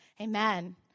amen